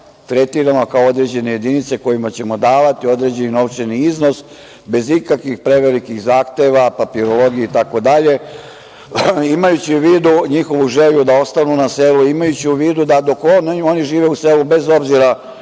tretiramo kao određene jedinice kojima ćemo davati određeni novčani iznos bez ikakvih prevelikih zahteva, papirologije, itd., imajući u vidu njihovu želju da ostanu na selu, imajući u vidu da dok god oni žive u selu, bez obzira